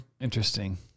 Interesting